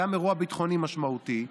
גם אירוע ביטחוני משמעותי,